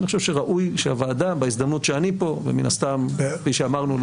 ואני חושב שראוי שהוועדה בהזדמנות שאני פה ומן הסתם כפי שאמרנו,